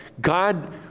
God